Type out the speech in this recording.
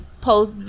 post